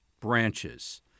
branches